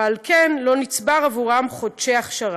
ועל כן לא נצברים בעבורם חודשי אכשרה.